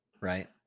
right